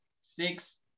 Six